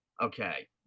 Okay